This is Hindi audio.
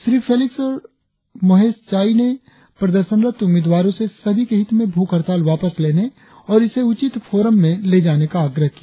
श्री फेलिक्स और मोहेश चाई ने प्रदर्शनरत उम्मीदवारों से सभी के हित में भूख हड़ताल वापस लेने और इसे उचित फोरम में ले ज्ञाने का आगद किया